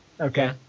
okay